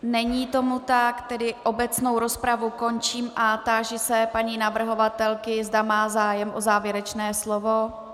Není tomu tak, obecnou rozpravu tedy končím a táži se paní navrhovatelky, zda má zájem o závěrečné slovo?